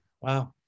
Wow